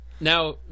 Now